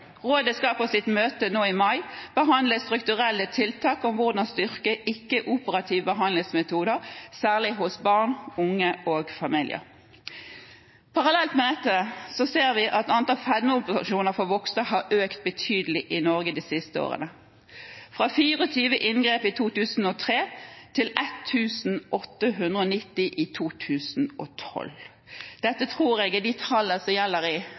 Rådet skal på sitt møte nå i mai behandle strukturelle tiltak og hvordan styrke ikke-operative behandlingsmetoder, særlig hos barn, unge og familier. Parallelt med dette ser vi at antall fedmeoperasjoner for voksne har økt betydelig i Norge de siste årene, fra 24 inngrep i 2003 til 1 890 i 2012. Dette tror jeg er de tallene som gjelder for offentlige sykehustilbud. I